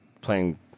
playing